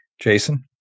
Jason